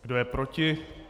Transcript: Kdo je proti?